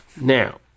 Now